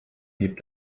hebt